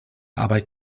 arbeit